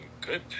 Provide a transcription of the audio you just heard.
Good